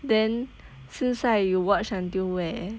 then suicide you watch until where